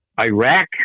Iraq